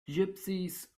gypsies